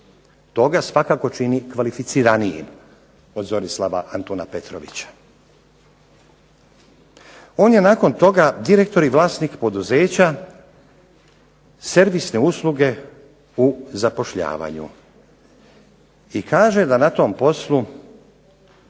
To ga svakako čini kvalificiranijim od Zorislava Antuna Petrovića. On je nakon toga direktor i vlasnik poduzeća "Servisne usluge u zapošljavanju". I kaže da na tom poslu